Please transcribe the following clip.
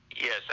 Yes